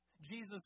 Jesus